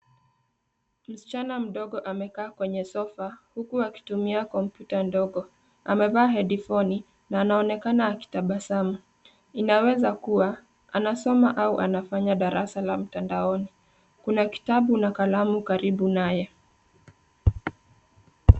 Msichana mdogo amekaa kwenye sofa huku akitumia komputa ndogo, amevaa headphoni na anaonekana akitabasamu. Inaweza kuwa, anasoma au anafanya darasa la mtandaoni. Kuna kitabu na kalamu karibu naye.